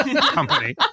company